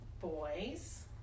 boys